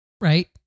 right